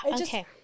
Okay